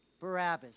Barabbas